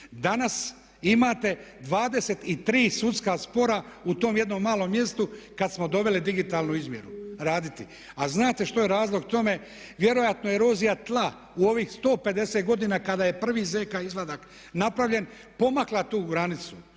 Danas imate 23 sudska spora u tom jednom malom mjestu kad smo doveli digitalnu izmjeru raditi a znate što je razlog tome, vjerojatno erozija tla u ovih 150 godina kada je prvi ZK izvadak napravljen pomakla tu granicu,